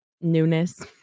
newness